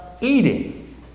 eating